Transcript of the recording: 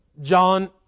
John